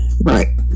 Right